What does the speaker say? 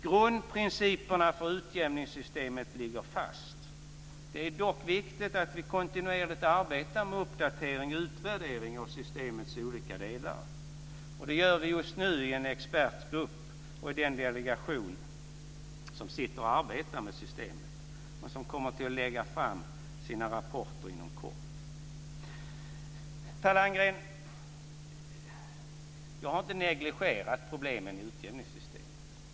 Grundprinciperna för utjämningssystemet ligger fast. Det är dock viktigt att vi kontinuerligt arbetar med uppdatering och utvärdering av systemets olika delar. Det görs just nu i en expertgrupp och i den delegation som sitter och arbetar med systemet och som kommer att lägga fram sina rapporter inom kort. Per Landgren, jag har inte negligerat problemen i utjämningssystemet.